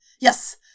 Yes